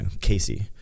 Casey